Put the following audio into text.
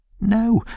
No